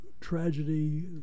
tragedy